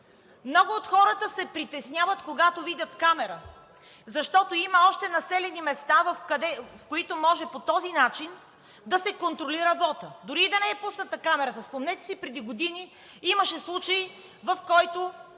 много от хората се притесняват, когато видят камера, защото има още населени места, в които може по този начин да се контролира вотът, дори и да не е пусната камерата. Спомнете си преди години имаше случай, в който